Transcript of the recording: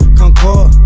concord